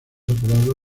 apodado